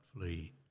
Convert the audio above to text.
flee